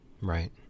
Right